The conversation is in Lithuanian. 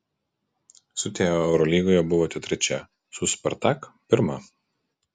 su teo eurolygoje buvote trečia su spartak pirma